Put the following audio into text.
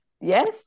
Yes